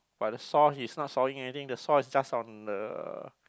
but the saw he's not sawing anything the saw is just on the